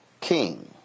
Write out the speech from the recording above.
King